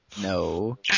No